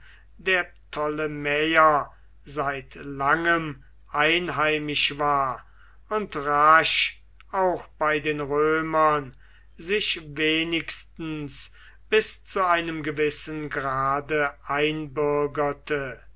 der ptolemäer seit langem einheimisch war und rasch auch bei den römern sich wenigstens bis zu einem gewissen grade einbürgerte